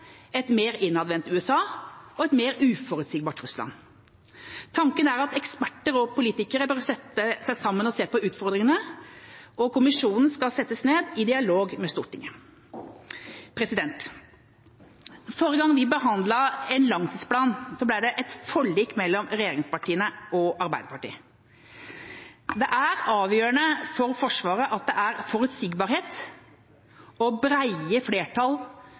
et mer innadvendt USA og et mer uforutsigbart Russland. Tanken er at eksperter og politikere bør sette seg sammen og se på utfordringene. Og kommisjonen skal settes ned i dialog med Stortinget. Forrige gang vi behandlet en langtidsplan, ble det et forlik mellom regjeringspartiene og Arbeiderpartiet. Det er avgjørende for Forsvaret at det er forutsigbarhet og brede flertall